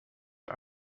for